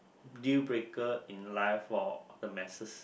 deal breaker in life for the masses